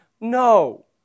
No